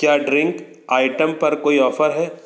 क्या drink item पर कोई ऑफर है